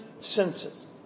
senses